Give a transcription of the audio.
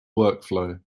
workflow